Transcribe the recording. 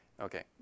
Okay